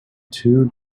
two